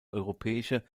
europäische